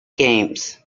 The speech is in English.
games